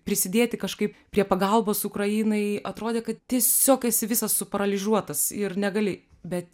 prisidėti kažkaip prie pagalbos ukrainai atrodė kad tiesiog esi visas suparalyžiuotas ir negali bet